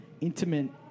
intimate